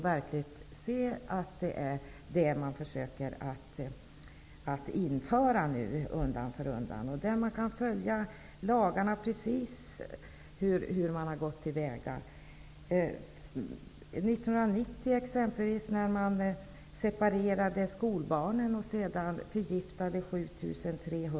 Det är vad serberna nu försöker att genomföra. Man kan följa hur serberna har gått till väga genom att följa hur lagarna har kommit till.